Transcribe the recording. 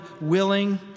willing